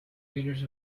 readers